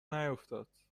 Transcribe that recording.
نیفتاد